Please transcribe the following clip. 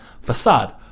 facade